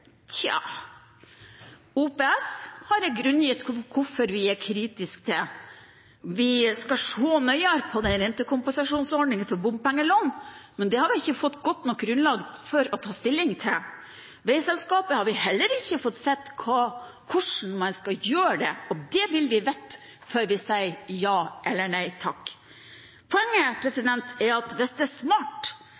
Tja. OPS har jeg grunngitt hvorfor vi er kritiske til. Vi skal se nøyere på denne rentekompensasjonsordningen for bompengelån, men det har vi ikke fått godt nok grunnlag for å ta stilling til. Når det gjelder veiselskapet, har vi heller ikke fått se hvordan man skal gjøre det, og det vil vi vite før vi sier ja eller nei takk. Poenget